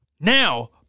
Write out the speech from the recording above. Now